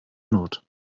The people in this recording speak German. not